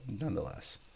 nonetheless